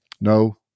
No